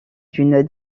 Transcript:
d’une